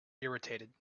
irritated